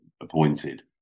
appointed